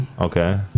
Okay